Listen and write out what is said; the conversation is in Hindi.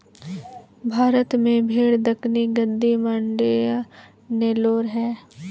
भारत में भेड़ दक्कनी, गद्दी, मांड्या, नेलोर है